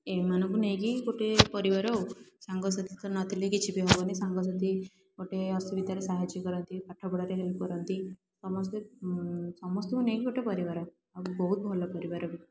ଏମାନଙ୍କୁ ନେଇକି ଗୋଟେ ପରିବାର ଆଉ ସାଙ୍ଗସାଥୀ ତ ନଥିଲେ କିଛି ବି ହେବନି ସାଙ୍ଗସାଥୀ ଗୋଟେ ଅସୁବିଧାରେ ସାହାଯ୍ୟ କରନ୍ତି ପାଠପଢ଼ାରେ ହେଲ୍ପ୍ କରନ୍ତି ସମସ୍ତେ ସମସ୍ତଙ୍କୁ ନେଇକି ଗୋଟେ ପରିବାର ଆଉ ବହୁତ ଭଲ ପରିବାର ବି